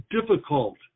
difficult